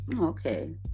Okay